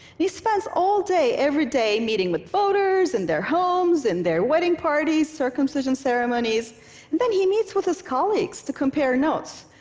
he spends all day every day meeting with voters in and their homes, in their wedding parties, circumcision ceremonies then he meets with his colleagues to compare notes.